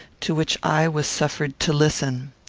to which i was suffered to listen.